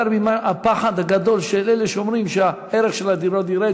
יותר מהפחד הגדול של אלה שאומרים שערך הדירות ירד.